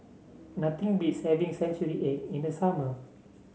nothing beats having Century Egg in the summer